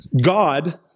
God